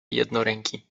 jednoręki